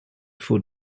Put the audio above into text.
food